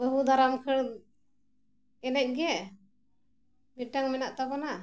ᱵᱟᱹᱦᱩ ᱫᱟᱨᱟᱢ ᱠᱷᱟᱹᱲ ᱮᱱᱮᱡ ᱜᱮ ᱢᱤᱫᱴᱟᱝ ᱢᱮᱱᱟᱜ ᱛᱟᱵᱚᱱᱟ